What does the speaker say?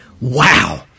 Wow